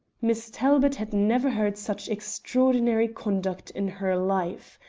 miss talbot had never heard such extraordinary conduct in her life.